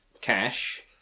cash